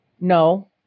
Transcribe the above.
No